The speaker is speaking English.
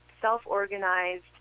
self-organized